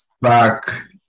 Back